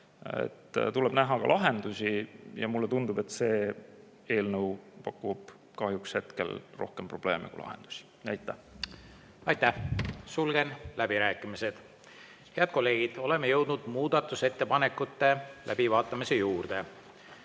Tuleb näha ka lahendusi. Mulle tundub, et see eelnõu [toob] kahjuks rohkem probleeme kui lahendusi. Aitäh! Aitäh! Sulgen läbirääkimised. Head kolleegid, oleme jõudnud muudatusettepanekute läbivaatamise juurde.